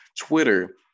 Twitter